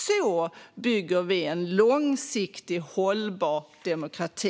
Så bygger vi en långsiktig, hållbar demokrati.